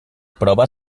prova